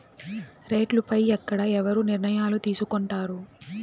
రేట్లు పై ఎక్కడ ఎవరు నిర్ణయాలు తీసుకొంటారు?